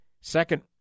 Second